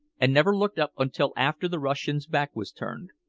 and never looked up until after the russian's back was turned.